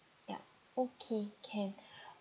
ya okay can